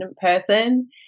person